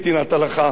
אבל הלכה יהודית,